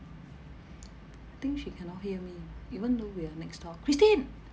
I think she cannot hear me even though we are next door christine